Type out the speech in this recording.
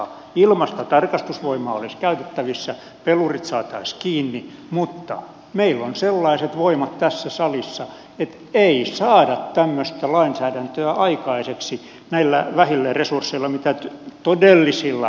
ilmaista tarkastusvoimaa olisi käytettävissä pelurit saataisiin kiinni mutta meillä on sellaiset voimat tässä salissa että ei saada tämmöistä lainsäädäntöä aikaiseksi näillä vähillä resursseilla mitä todellisilla työväenpuolueilla on